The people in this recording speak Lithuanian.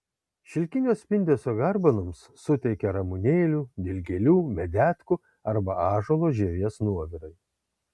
šilkinio spindesio garbanoms suteikia ramunėlių dilgėlių medetkų arba ąžuolo žievės nuovirai